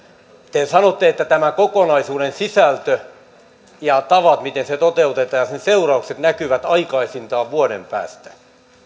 te sanotte että tämän kokonaisuuden sisältö ja ne tavat miten se toteutetaan ja sen seuraukset näkyvät aikaisintaan vuoden päästä